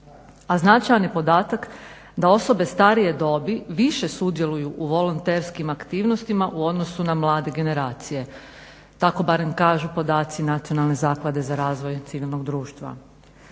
a značajan je podatak da osobe starije dobi više sudjeluju u volonterskim aktivnostima u odnosu na mlade generacije. Tako barem kažu podaci Nacionalne zaklade za razvoj civilnog društva.